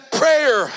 prayer